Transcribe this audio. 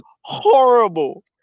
horrible